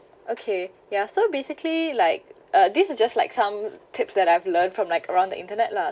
okay ya so basically like uh these are just like some tips that I've learned from like around the internet lah